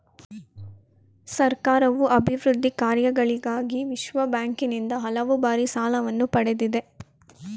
ಸರ್ಕಾರವು ಅಭಿವೃದ್ಧಿ ಕಾರ್ಯಗಳಿಗಾಗಿ ವಿಶ್ವಬ್ಯಾಂಕಿನಿಂದ ಹಲವು ಬಾರಿ ಸಾಲವನ್ನು ಪಡೆದಿದೆ